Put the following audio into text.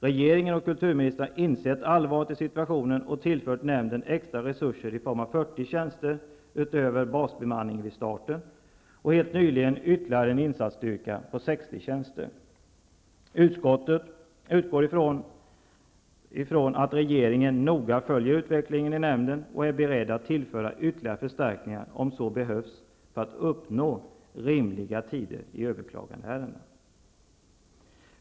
Regeringen och kulturministern har insett allvaret i situationen och tillfört nämnden extra resurser i form av 40 tjänster utöver basbemanningen vid starten och helt nyligen ytterligare en insatsstyrka på 60 tjänster. Utskottet utgår ifrån att man från regeringens sida fortlöpande följer utvecklingen i nämnden och att man är beredd att tillföra ytterligare förstärkningar om så behövs för att uppnå rimliga tider i överklagningsärenden.